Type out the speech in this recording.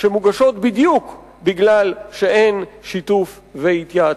שמוגשות בדיוק מפני שאין שיתוף והתייעצות.